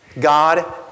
God